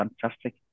fantastic